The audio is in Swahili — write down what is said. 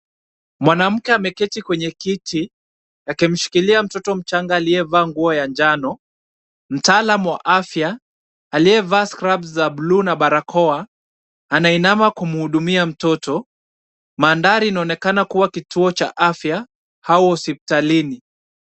Mwanamke ameketi kwenye kiti, akimshikilia mtoto mchanga aliyevaa nguo ya njano. Mtaalam wa afya aliyevaa scrabs za buluu na barakoa, anainama kumhudumia mtoto. Mandhari inaonekana kuwa kituo cha afya au hospitalini.